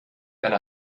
eine